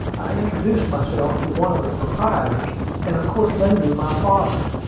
i introduced myself to one of the proprietors and of course they knew my father.